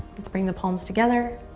let's bring the palms together,